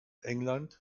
england